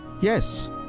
yes